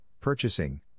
purchasing